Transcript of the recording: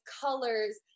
colors